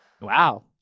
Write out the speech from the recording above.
Wow